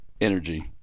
Energy